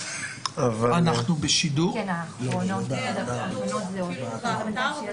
(מעצר וחיפוש) (עילות חיפוש בלא צו בית משפט) (הוראת שעה),